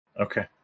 Okay